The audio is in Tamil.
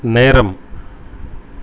நேரம்